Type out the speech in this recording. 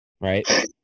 Right